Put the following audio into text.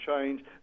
change